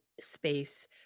space